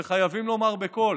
וחייבים לומר בקול